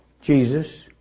Jesus